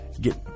get